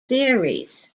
series